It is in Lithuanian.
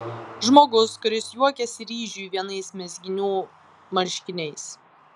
žmogus kuris juokiasi ryžiui vienais mezginių marškiniais